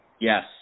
Yes